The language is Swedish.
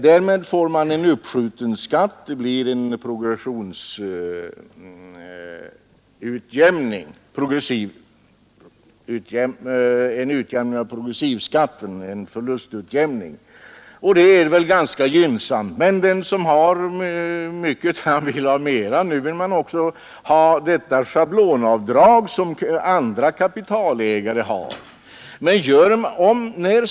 Beskattningen uppskjutes tills uttag sker, och man får härigenom en möjlighet till utjämning av skatteprogressionen och till förlustutjämning, vilket väl är något ganska gynnsamt. Men den som har mycket vill ha mera. Nu vill skogsägarna även få möjlighet att göra sådana schablonavdrag som andra kapitalägare har rätt till.